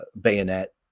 bayonet